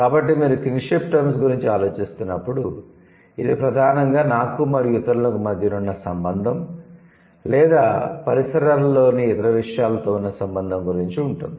కాబట్టి మీరు 'kinship terms' గురించి ఆలోచిస్తున్నప్పుడు ఇది ప్రధానంగా నాకు మరియు ఇతరులకు మధ్య నున్న సంబంధం లేదా పరిసరాలలోని ఇతర విషయాలతో ఉన్న సంబంధం గురించి ఉంటుంది